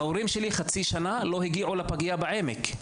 ההורים שלי חצי שנה לא הגיעו לפגייה בעמק,